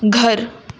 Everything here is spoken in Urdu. گھر